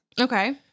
Okay